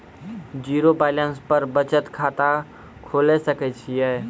Zero balance पर बचत खाता खोले सकय छियै?